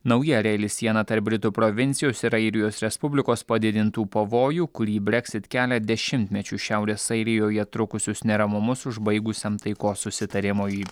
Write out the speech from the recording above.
nauja reali siena tarp britų provincijos ir airijos respublikos padidintų pavojų kurį breksit kelia dešimtmečius šiaurės airijoje trukusius neramumus užbaigusiam taikos susitarimui